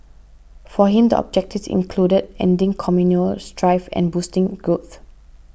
for him the objectives included ending communal strife and boosting growth